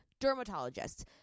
dermatologists